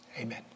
Amen